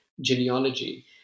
Genealogy